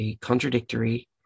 contradictory